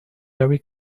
very